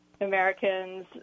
Americans